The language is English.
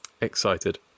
Excited